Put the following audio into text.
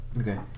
okay